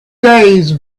days